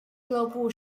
俱乐部